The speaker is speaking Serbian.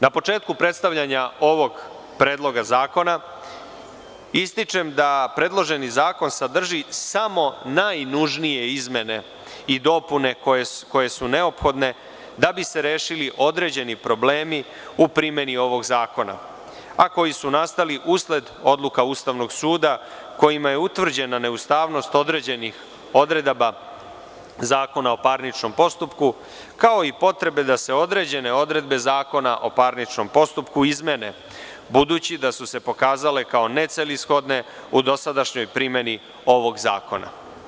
Na početku predstavljanja ovog predloga zakona, ističem da predloženi zakon sadrži samo najnužnije izmene i dopune koje su neophodne da bi se rešili određeni problemi u primeni ovog zakona, a koji su nastali usled odluka Ustavnog suda kojima je utvrđena neustavnost određenih odredaba Zakona o parničnom postupku, kao i potrebe da se određene odredbe Zakona o parničnom postupku izmene, budući da su se pokazale kao necelishodne u dosadašnjoj primeni ovog zakona.